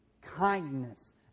kindness